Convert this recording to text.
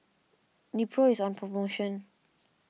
Nepro is on promotion